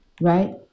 right